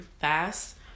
fast